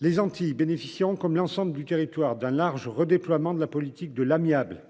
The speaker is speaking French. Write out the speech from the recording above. Les Antilles bénéficieront, comme l'ensemble du territoire, du large déploiement de la politique de l'amiable,